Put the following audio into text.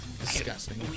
Disgusting